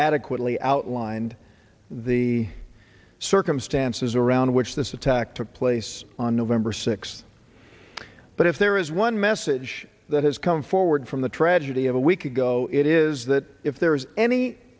adequately outlined the circumstances around which this attack took place on november sixth but if there is one message that has come forward from the tragedy of a week ago it is that if there is any